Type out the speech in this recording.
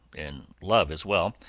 and love as well,